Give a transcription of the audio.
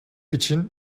için